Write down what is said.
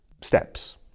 steps